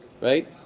right